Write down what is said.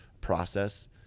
process